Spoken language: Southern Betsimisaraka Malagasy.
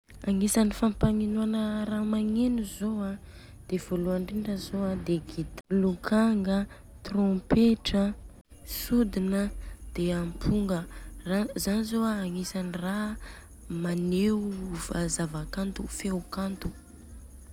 Agnisany fampagninôana ra magneno zô a de voaloany indrindra zô an de gi- lokanga an, trompetra, sodina a, de amponga, zany zô de agnisany ra maneo fa zava-kanto feo kanto.